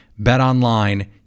BetOnline